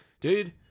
dude